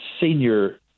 senior